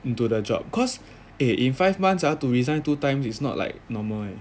into the job cause eh in five months ah to resign two times is not like normal leh